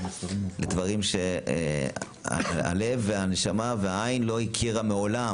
נחשפים לדברים שהלב והנשמה והעין לא הכירו מעולם,